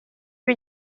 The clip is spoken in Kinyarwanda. ibe